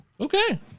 Okay